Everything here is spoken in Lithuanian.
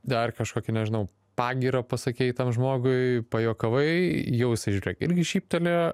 dar kažkokį nežinau pagyrą pasakei tam žmogui pajuokavai jau žiūrėk irgi šyptelėjo